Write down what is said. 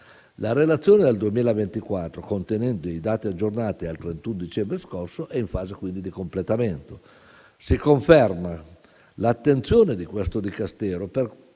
La relazione del 2024, contenente i dati aggiornati al 31 dicembre scorso, è in fase quindi di completamento. Si conferma l'attenzione di questo Dicastero, per